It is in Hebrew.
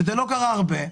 שזה לא קרה הרבה,